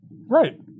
Right